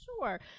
Sure